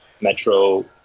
Metro